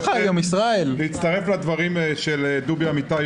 רוצים להצטרף לדברים של דובי אמיתי,